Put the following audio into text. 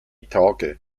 tage